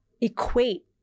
equate